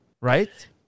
Right